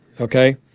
okay